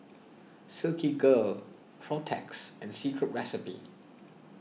Silkygirl Protex Secret Recipe